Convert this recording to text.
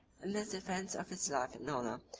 in the defence of his life and honor,